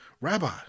Rabbi